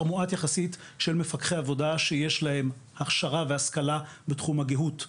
יחסית של מפקחי עבודה שיש להם הכשרה והשכלה בתחום הגהות.